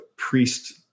priest